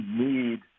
need